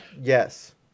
Yes